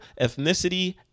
ethnicity